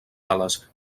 ales